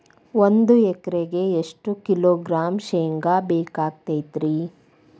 ಒಂದು ಎಕರೆಗೆ ಎಷ್ಟು ಕಿಲೋಗ್ರಾಂ ಶೇಂಗಾ ಬೇಕಾಗತೈತ್ರಿ?